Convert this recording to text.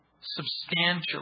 substantially